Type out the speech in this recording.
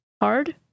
hard